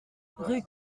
rue